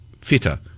fitter